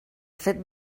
fet